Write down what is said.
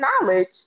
knowledge